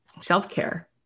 self-care